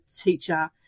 teacher